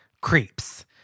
creeps